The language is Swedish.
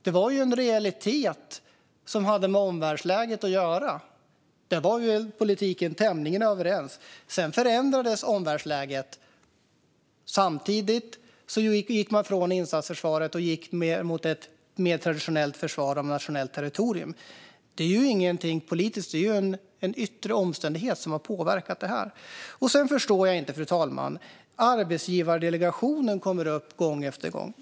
Det var ju en realitet som hade med omvärldsläget att göra. Där var man tämligen överens inom politiken. Sedan förändrades omvärldsläget, och samtidigt gick vi från insatsförsvaret mot ett mer traditionellt försvar av nationellt territorium. Detta är ju inget politiskt, utan det är en yttre omständighet som har påverkat detta. Sedan förstår jag inte, fru talman - arbetsgivardelegationen kommer upp gång på gång.